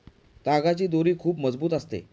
तागाची दोरी खूप मजबूत असते